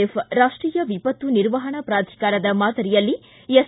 F ರಾಷ್ಟೀಯ ವಿಪತ್ತು ನಿರ್ವಹಣಾ ಪ್ರಾಧಿಕಾರದ ಮಾದರಿಯಲ್ಲಿ ಎಸ್